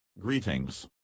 Greetings